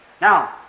Now